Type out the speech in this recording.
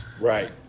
right